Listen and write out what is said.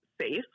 safe